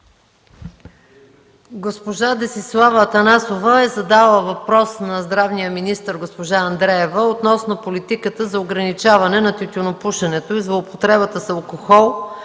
Госпожа Десислава Атанасова е задала въпрос на здравния министър госпожа Андреева относно политиката за ограничаване на тютюнопушенето, злоупотребата с алкохол